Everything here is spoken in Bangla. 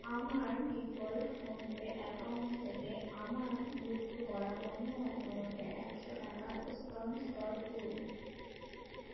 আমার ডিফল্ট ফোনপে অ্যাকাউন্ট থেকে আমার যুক্ত করা অন্য অ্যাকাউন্টে একশো টাকা স্থানান্তর করুন